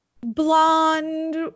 blonde